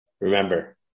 remember